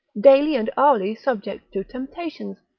daily and hourly subject to temptations,